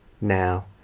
now